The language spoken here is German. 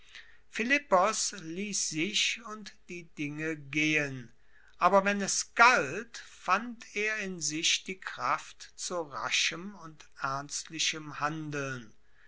philippos liess sich und die dinge gehen aber wenn es galt fand er in sich die kraft zu raschem und ernstlichem handeln